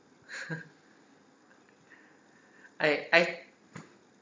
I I